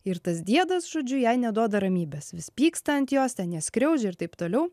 ir tas diedas žodžiu jai neduoda ramybės vis pyksta ant jos ten ją skriaudžia ir taip toliau